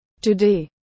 today